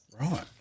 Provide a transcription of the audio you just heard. right